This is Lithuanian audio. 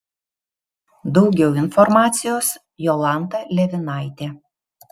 daugiau informacijos jolanta levinaitė